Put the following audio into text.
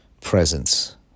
presence